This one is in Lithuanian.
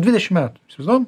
dvidešim metų įsivaizduojam